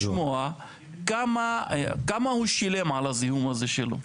אני אשמח לשמוע כמה הוא שילם על הזיהום הזה שלו,